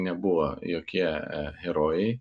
nebuvo jokie herojai